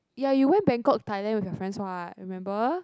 ya you went Bangkok Thailand with your friends what remember